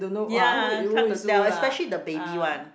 ya hard to tell especially the baby one